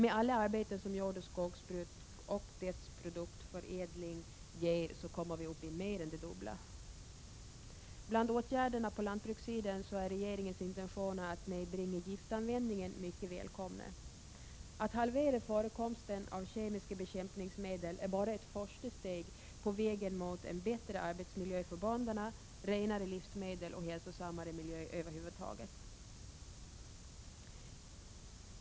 Med alla arbeten som jordoch skogsbruk och dess produktförädling ger kommer vi upp i mer än det dubbla. Bland åtgärderna på lantbrukssidan är regeringens intention att nedbringa giftanvändningen mycket välkommen. Att halvera förekomsten av kemiska bekämpningsmedel är bara ett första steg på vägen mot en bättre arbetsmiljö för bönderna, renare livsmedel och hälsosammare miljö över huvud taget.